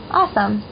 awesome